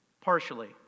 partially